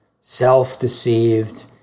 self-deceived